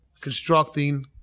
constructing